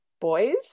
boys